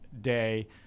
day